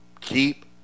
Keep